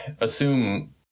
assume